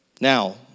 Now